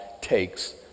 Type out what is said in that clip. takes